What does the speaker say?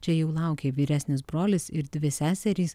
čia jau laukė vyresnis brolis ir dvi seserys